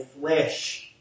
flesh